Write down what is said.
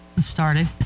started